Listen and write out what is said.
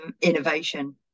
innovation